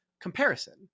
comparison